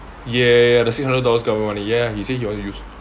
ya the six hundred dollars government money ya he say he wanna use